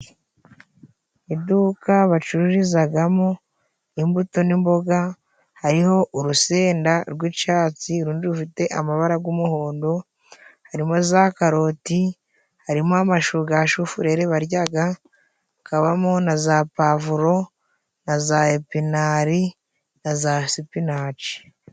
Iduka bacururizagamo imbuto n'imboga hariho urusenda rw'icatsi urundi rufite amabara g'umuhondo harimo za karoti harimo amashu gashufurere baryaga hakabamo na za puwavoro na za epinari na za sipinaci.